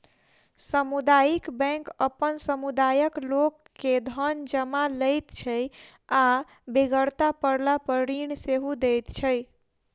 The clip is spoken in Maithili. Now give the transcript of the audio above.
सामुदायिक बैंक अपन समुदायक लोक के धन जमा लैत छै आ बेगरता पड़लापर ऋण सेहो दैत छै